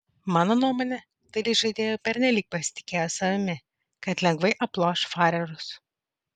mano nuomone dalis žaidėjų pernelyg pasitikėjo savimi kad lengvai aploš farerus